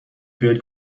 بهت